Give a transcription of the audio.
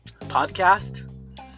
podcast